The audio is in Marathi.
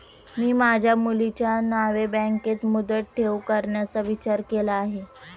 मी माझ्या मुलीच्या नावे बँकेत मुदत ठेव करण्याचा विचार केला आहे